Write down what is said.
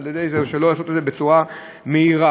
שלא לעשות את זה בצורה מהירה,